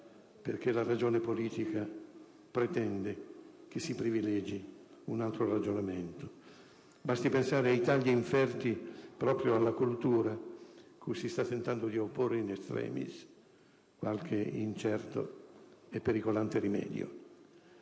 perché la ragione politica pretende che si privilegi un altro ragionamento. Basti pensare ai tagli inferti proprio alla cultura, cui si sta tentando di opporre *in extremis* qualche incerto e pericolante rimedio.